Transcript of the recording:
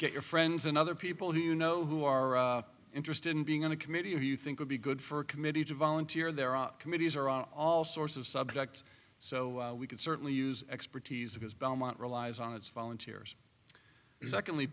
get your friends and other people who you know who are interested in being on a committee who you think would be good for a committee to volunteer there are committees or all sorts of subjects so we can certainly use expertise of his belmont relies on its volunteers secondly